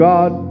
God